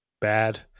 bad